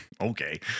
okay